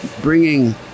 bringing